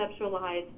conceptualized